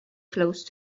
close